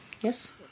Yes